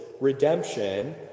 redemption